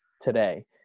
today